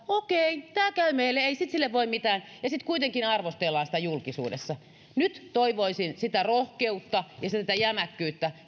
okei tämä käy meille ei sille sitten voi mitään ja sitten kuitenkin arvostellaan sitä julkisuudessa nyt toivoisin sitä rohkeutta ja sitä jämäkkyyttä